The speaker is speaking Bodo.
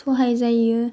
सहाय जायो